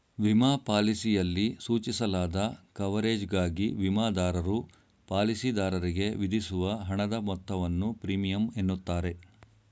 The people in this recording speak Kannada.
ವಿಮಾ ಪಾಲಿಸಿಯಲ್ಲಿ ಸೂಚಿಸಲಾದ ಕವರೇಜ್ಗಾಗಿ ವಿಮಾದಾರರು ಪಾಲಿಸಿದಾರರಿಗೆ ವಿಧಿಸುವ ಹಣದ ಮೊತ್ತವನ್ನು ಪ್ರೀಮಿಯಂ ಎನ್ನುತ್ತಾರೆ